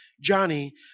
Johnny